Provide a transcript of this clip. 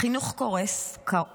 החינוך קורס, קרס,